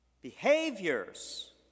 Behaviors